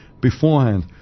beforehand